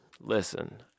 listen